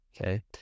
Okay